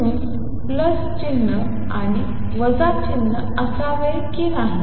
आणि म्हणून प्लस चिन्ह आणि वजा चिन्ह असावे की नाही